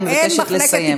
אני מבקשת לסיים.